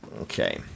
Okay